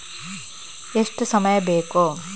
ಎಷ್ಟು ಸಮಯ ಬೇಕು?